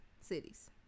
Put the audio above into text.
Cities